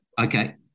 Okay